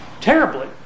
terribly